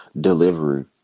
delivery